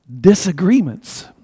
disagreements